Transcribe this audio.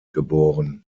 geboren